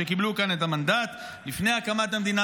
שקיבלו כאן את המנדט לפני קום המדינה.